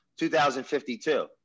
2052